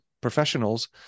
professionals